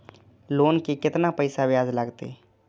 Loan के केतना पैसा ब्याज लागते?